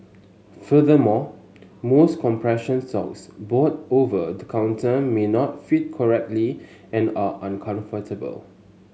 furthermore most compression socks bought over the counter may not fit correctly and are uncomfortable